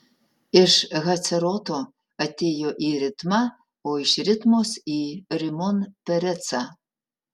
iš haceroto atėjo į ritmą o iš ritmos į rimon perecą